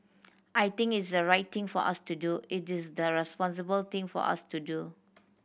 I think it's the right thing for us to do it is the responsible thing for us to do